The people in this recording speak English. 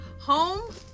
Home